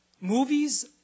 movies